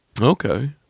Okay